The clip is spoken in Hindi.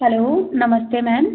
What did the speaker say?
hello namaste ma'am